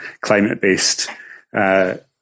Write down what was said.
climate-based